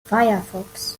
firefox